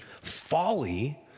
folly